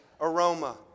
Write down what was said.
aroma